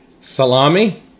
salami